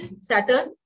Saturn